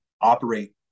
operate